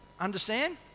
Understand